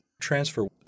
transfer